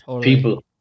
People